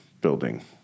building